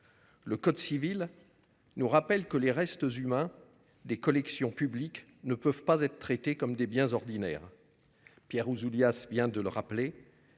Le code civil nous rappelle que les restes humains des collections publiques ne peuvent pas être traités comme des biens ordinaires. Pierre Ouzoulias vient de le rappeler,